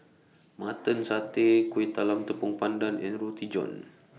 Mutton Satay Kueh Talam Tepong Pandan and Roti John